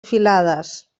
filades